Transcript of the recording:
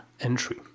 entry